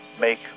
make